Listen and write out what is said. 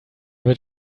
wird